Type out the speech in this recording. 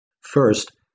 First